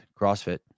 CrossFit